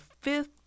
fifth